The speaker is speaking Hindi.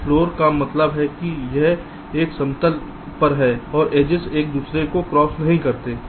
प्लेनर का मतलब है कि यह एक समतल पर है और एजिस एक दूसरे क्रॉस नहीं करते हैं